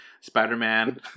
Spider-Man